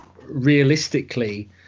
realistically